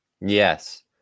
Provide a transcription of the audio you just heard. Yes